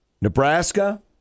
Nebraska